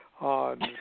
on